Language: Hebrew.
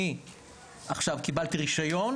אני עכשיו קיבלתי רישיון,